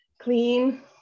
clean